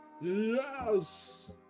Yes